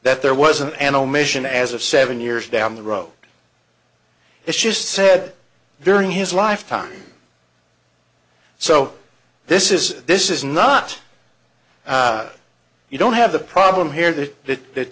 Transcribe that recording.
that there wasn't an omission as of seven years down the road it's just said during his lifetime so this is this is not you don't have a problem here that the that